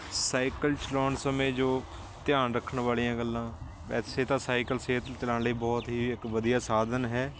cycle ਚਲਾਉਣ ਸਮੇਂ ਜੋ ਧਿਆਨ ਰੱਖਣ ਵਾਲੀਆਂ ਗੱਲਾਂ ਵੈਸੇ ਤਾਂ ਸਾਈਕਲ ਸਿਹਤ ਨੂੰ ਚਲਾਉਣ ਲਈ ਬਹੁਤ ਹੀ ਇੱਕ ਵਧੀਆ ਸਾਧਨ ਹੈ